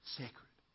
sacred